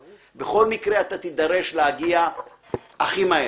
הרי בכל מקרה אתה תידרש להגיע הכי מהר.